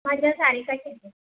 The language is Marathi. माझं सारिका शेंडे